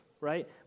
right